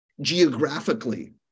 geographically